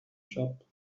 shop